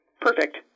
perfect